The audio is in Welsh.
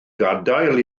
gadael